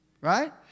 Right